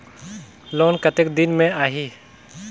Loan कतेक दिन मे आही?